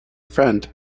friend